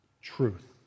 truth